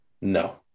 No